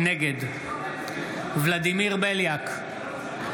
נגד ולדימיר בליאק,